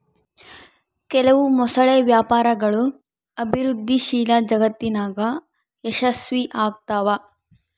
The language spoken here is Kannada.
ಕೆಲವು ಮೊಸಳೆ ವ್ಯಾಪಾರಗಳು ಅಭಿವೃದ್ಧಿಶೀಲ ಜಗತ್ತಿನಾಗ ಯಶಸ್ವಿಯಾಗ್ತವ